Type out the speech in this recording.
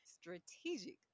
strategic